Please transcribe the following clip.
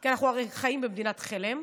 כי אנחנו הרי חיים במדינת חלם.